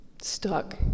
stuck